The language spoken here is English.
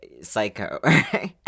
psycho